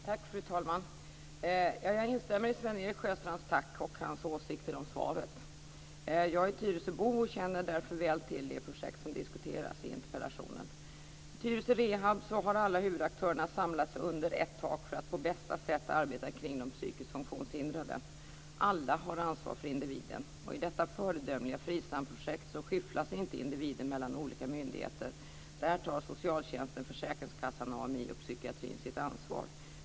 Fru talman! Jag instämmer i Sven-Erik Sjöstrands tack och hans åsikter om svaret. Jag är tyresöbo och känner därför väl till det projekt som diskuteras i interpellationen. I Tyresö Rehab har alla huvudaktörer samlats under ett tak för att på bästa sätt arbeta kring de psykiskt funktionshindrade. Alla har ansvar för individen. I detta föredömliga FRISAM-projekt skyfflas inte individen mellan olika myndigheter. Där tar socialtjänsten, försäkringskassan, AMI och psykiatrin sitt ansvar.